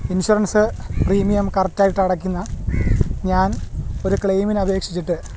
insurance premium കറക്റ്റായിട്ട് അടയ്ക്കുന്ന ഞാൻ ഒരു ക്ലെയിമിന് അപേക്ഷിച്ചിട്ട്